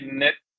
net